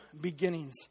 beginnings